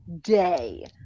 day